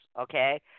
Okay